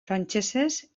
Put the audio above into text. frantsesez